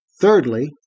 Thirdly